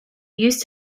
used